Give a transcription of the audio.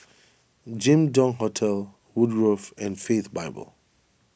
Jin Dong Hotel Woodgrove and Faith Bible